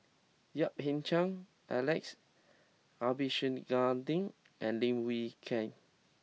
Yap Ee Chian Alex Abisheganaden and Lim Wee Kiak